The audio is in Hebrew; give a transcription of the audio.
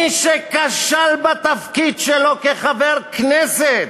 מי שכשל בתפקיד שלו כחבר כנסת,